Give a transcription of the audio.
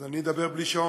אז אני אדבר בלי שעון.